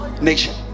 nation